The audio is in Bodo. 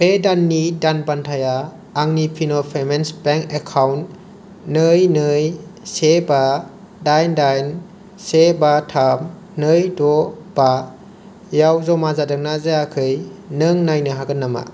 बे दाननि दान बान्थाया आंनि फिन' पेमेन्टस बेंक एकाउन्ट नै नै से बा डाइन डाइन से बा थाम नै द बायाव जमा जादोंना जायाखै नों नायनो हागोन नामा आरो जादोंब्ला